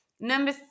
Number